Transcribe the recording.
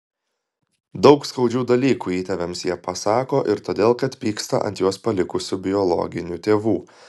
daug skaudžių dalykų įtėviams jie pasako ir todėl kad pyksta ant juos palikusių biologinių tėvų